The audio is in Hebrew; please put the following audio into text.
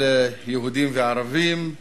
של יהודים וערבים,